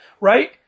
right